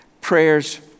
prayers